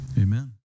Amen